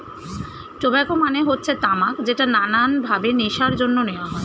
tobacco মানে হচ্ছে তামাক যেটা নানান ভাবে নেশার জন্য নেওয়া হয়